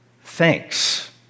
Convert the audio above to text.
thanks